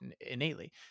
innately